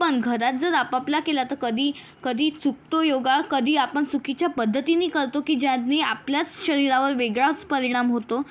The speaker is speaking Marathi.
पण घरात जर आपापला केला तर कधीकधी चुकतो योगा कधी आपण चुकीच्या पद्धतीनी करतो की ज्यांनी आपल्याच शरीरावर वेगळाच परिणाम होतो